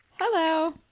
Hello